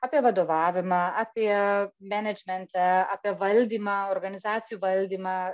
apie vadovavimą apie menedžmentą apie valdymą organizacijų valdymą